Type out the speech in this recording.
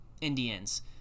Indians